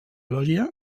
lògia